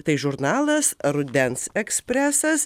tai žurnalas rudens ekspresas